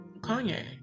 Kanye